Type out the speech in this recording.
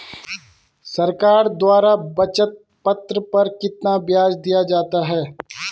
सरकार द्वारा बचत पत्र पर कितना ब्याज दिया जाता है?